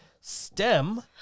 stem